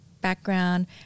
background